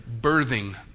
birthing